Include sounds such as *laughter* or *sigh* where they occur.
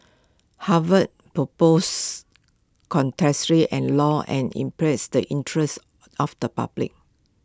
Harvard's propose *unintelligible* and law and imperils the interest of the public